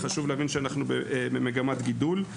חשוב להבין שאנחנו במגמת גידול.